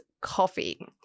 coffee